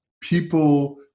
people